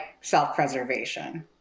self-preservation